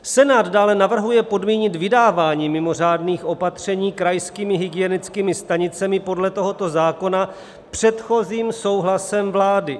Senát dále navrhuje podmínit vydávání mimořádných opatření krajskými hygienickými stanicemi podle tohoto zákona předchozím souhlasem vlády.